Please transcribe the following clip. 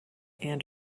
and